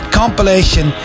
compilation